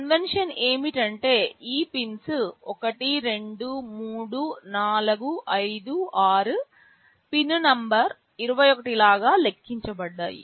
convention ఏమిటంటే ఈ pins 1 2 3 4 5 6 pin number 21 లాగా లెక్కించబడ్డాయి